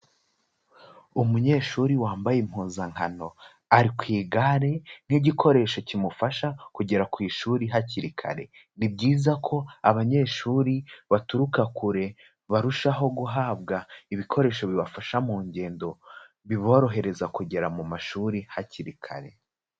Umunyeshuri wambaye impuzankano, ari ku igare nk'igikoresho kimufasha kugera ku ishuri hakiri kare. Ni byiza ko abanyeshuri baturuka kure barushaho guhabwa ibikoresho bibafasha mu ngendo, biborohereza kugera mu mashuri hakiri kare.